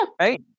Right